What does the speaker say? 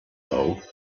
though